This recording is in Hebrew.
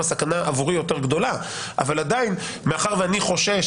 הסכנה עבורי יותר גדולה אבל עדיין מאחר ואני חושש